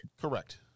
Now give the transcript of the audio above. Correct